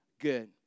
good